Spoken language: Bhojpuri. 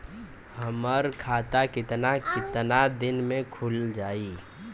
हमर खाता कितना केतना दिन में खुल जाई?